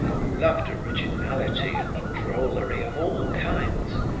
who loved originality and drollery of all kinds,